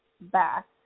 back